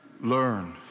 learn